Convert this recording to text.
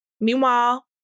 meanwhile